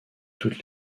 toute